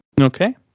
Okay